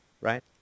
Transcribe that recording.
right